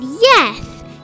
yes